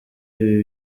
ibi